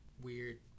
weird